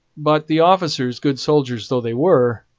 but the officers, good soldiers though they were,